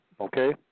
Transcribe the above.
Okay